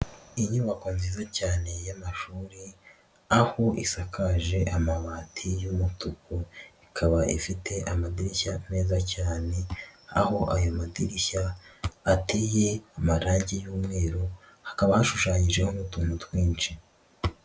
Inyubako nziza cyane y'amashuri aho isakaje amabati y'umutuku, ikaba ifite amadirishya meza cyane aho ayo madirishya ateye marangi y'umweru hakaba hashushanyijeho n'utuntu twinshi.